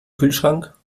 kühlschrank